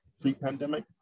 pre-pandemic